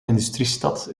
industriestad